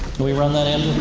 we run that, andrew?